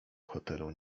hotelu